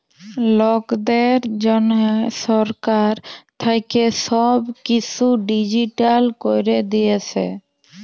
লকদের জনহ সরকার থাক্যে সব কিসু ডিজিটাল ক্যরে দিয়েসে